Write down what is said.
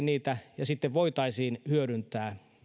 niitä sitten voitaisiin hyödyntää